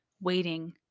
waiting